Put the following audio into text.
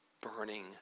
burning